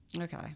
Okay